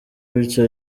bityo